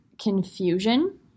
confusion